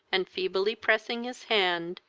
and feebly pressing his hand,